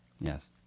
Yes